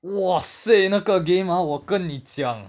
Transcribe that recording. !wahseh! 那个 game ah 我跟你讲